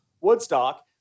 Woodstock